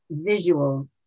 visuals